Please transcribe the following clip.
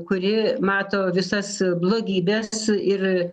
kuri mato visas blogybes ir